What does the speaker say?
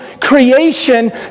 creation